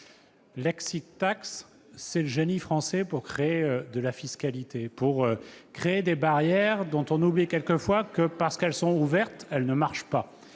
Jouve, l', c'est le génie français pour créer de la fiscalité, pour créer des barrières dont on oublie quelquefois que, parce qu'elles sont ouvertes, elles ne fonctionnent pas.